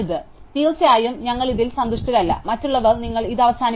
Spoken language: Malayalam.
അതിനാൽ തീർച്ചയായും ഞങ്ങൾ ഇതിൽ സന്തുഷ്ടരല്ല മറ്റുള്ളവർ നിങ്ങൾ ഇത് അവസാനിപ്പിക്കും